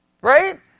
Right